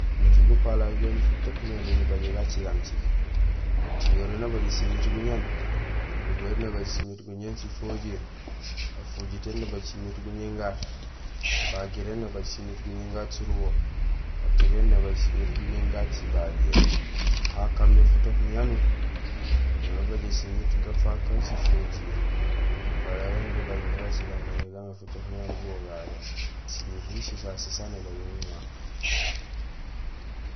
Injé gapalay goni futook niyanuur gacigaam ciik: atiyoree nabajé simiit guñéén, arubahéén nabaaj simiit guñéén sifijiir, afojitéén nabaaj simiit guñéén gaat, abagiréén nabaaj simiit guñéén gaat surubo, atogéén nabaaj simiit guñéén gaat sibagiir, ha kaamé futook niyanuur, ho nabajé simiit gafaak aan sifojiir. Gupalay ganjé ibaymé gacigay mé gaamé futook niyanuur bogo gagé, simihiil so sasé saan ilobé mama